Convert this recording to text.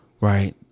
Right